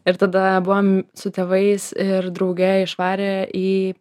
ir tada buvom su tėvais ir drauge išvarė į